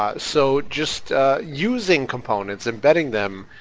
um so just using components, embedding them,